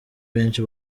benshi